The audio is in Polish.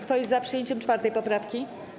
Kto jest za przyjęciem 4. poprawki?